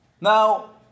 Now